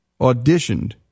auditioned